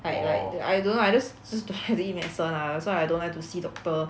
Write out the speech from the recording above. like like I don't know I just just don't want to eat medicine lah so I don't like to see doctor